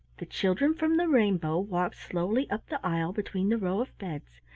the children from the rainbow walked slowly up the aisle between the row of beds,